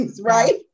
right